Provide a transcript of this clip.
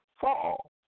fall